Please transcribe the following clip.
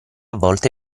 volte